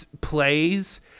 plays